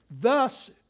Thus